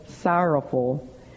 sorrowful